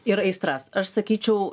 ir aistras aš sakyčiau